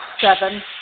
Seven